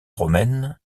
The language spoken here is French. romaine